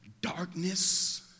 darkness